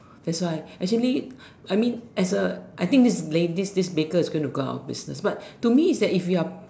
that's why actually I mean as A I think this lady this baker is going to go out of business but to me is that if you're